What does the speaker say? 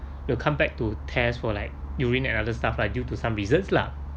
will come back to test for like urine and another stuff like due to some reasons lah